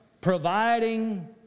providing